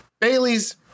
Bailey's